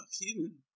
human